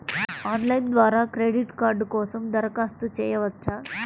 Online ద్వారా credit card కోసం దరఖాస్తు చేయవచ్చా?